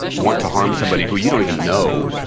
want to harm somebody who you don't even know,